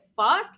fuck